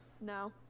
No